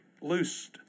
loosed